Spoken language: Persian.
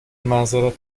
معذرت